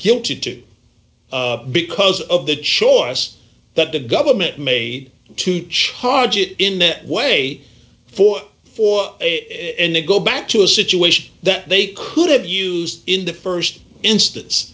guilty to because of the choice that the government made to charge it in that way for for him to go back to a situation that they could have used in the st instance